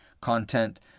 content